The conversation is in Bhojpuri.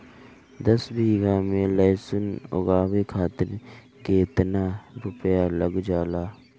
दस बीघा में लहसुन उगावे खातिर केतना रुपया लग जाले?